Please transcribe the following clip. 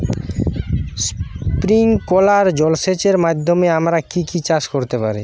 Sprinkler জলসেচের মাধ্যমে আমরা কি কি চাষ করতে পারি?